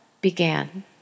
began